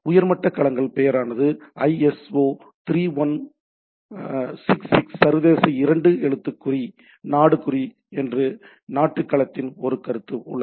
உயர்மட்ட களங்கள் பெயரானது ஐஎஸ்ஓ 3166 சர்வதேச இரண்டு எழுத்துக்குறி நாடு குறியீடு என்று நாட்டின் களத்தின் ஒரு கருத்து உள்ளது